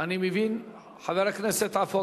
אני מבין, חבר הכנסת עפו